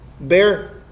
bear